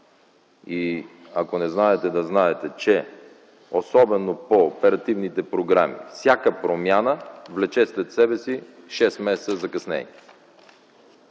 Ако не знаете, да знаете, че особено по оперативните програми всяка промяна влече след себе си 6 месеца закъснение